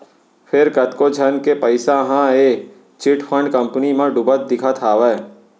फेर कतको झन के पइसा ह ए चिटफंड कंपनी म डुबत दिखत हावय